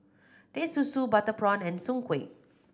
Teh Susu butter prawn and soon kway